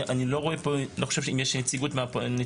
אני לא חושב שיש פה נציגים מהפרקליטות.